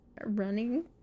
running